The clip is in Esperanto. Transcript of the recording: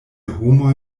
homoj